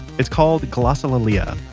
it's called glossolalia.